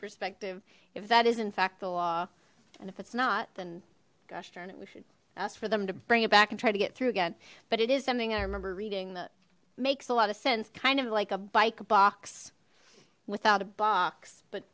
perspective if that is in fact the law and if it's not then gosh darn it we should ask for them to bring it back and try to get through again but it is something i remember reading that makes a lot of sense kind of like a bike box without a box but